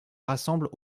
rassemblent